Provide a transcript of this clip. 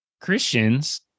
Christians